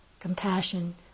Compassion